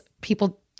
people